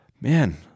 Man